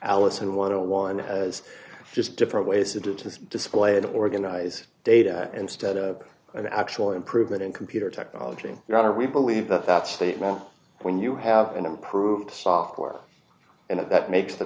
alison want to one as just different ways to do it to display and organize data instead of an actual improvement in computer technology rather we believe that that statement when you have an improved software and that makes the